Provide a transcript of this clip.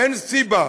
אין סיבה